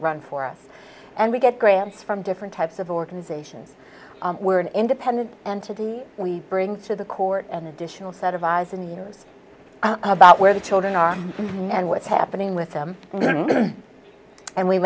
run for us and we get grants from different types of organizations we're an independent entity we bring to the court an additional set of eyes in the years about where the children are and what's happening with them and we